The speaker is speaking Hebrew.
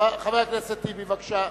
חבר הכנסת טיבי, בבקשה.